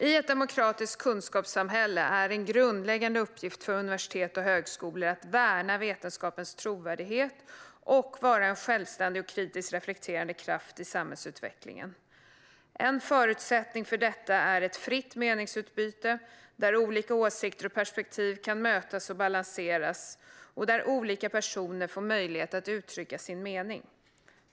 I ett demokratiskt kunskapssamhälle är en grundläggande uppgift för universitet och högskolor att värna vetenskapens trovärdighet och vara en självständig och kritiskt reflekterande kraft i samhällsutvecklingen. En förutsättning för detta är ett fritt meningsutbyte där olika åsikter och perspektiv kan mötas och balanseras och där olika personer får möjlighet att uttrycka sin mening.